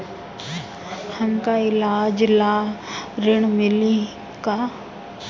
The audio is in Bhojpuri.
हमका ईलाज ला ऋण मिली का?